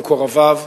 למקורביו,